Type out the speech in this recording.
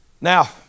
Now